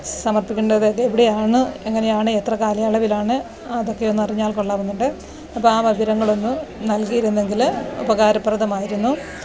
സമര്പ്പിക്കേണ്ടത് എവിടെയാണ് എങ്ങനെയാണ് എത്ര കാലയളവിലാണ് അതൊക്കെ ഒന്നറിഞ്ഞാല് കൊള്ളാമെന്നുണ്ട് അപ്പം ആ വിവരങ്ങളൊന്ന് നല്കിയിരുന്നെങ്കിൽ ഉപകാരപ്രദമായിരുന്നു